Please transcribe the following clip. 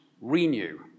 renew